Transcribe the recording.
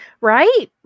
Right